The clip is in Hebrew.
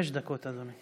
חמש דקות, אדוני.